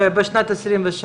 זו לא השאלה שלה.